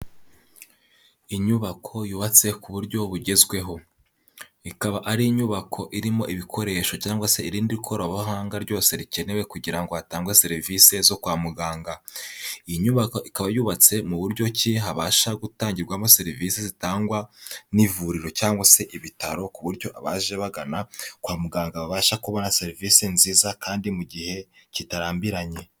Inyubako yubatse ku buryo bugezweho, ikaba ari inyubako irimo ibikoresho cyangwa se irindi koranabuhanga ryose rikenewe kugira ngo hatange serivisi zo kwa muganga, iyi nyubako ikaba yubatse mu buryo ki habasha gutangirwamo serivisi zitangwa n'ivuriro cyangwa se ibitaro ku buryo abaje bagana kwa muganga babasha kubona serivisi nziza kandi mu gihe kitarambiranye.